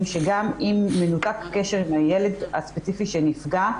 שגם אם נותק הקשר עם הילד הספציפי שנפגע,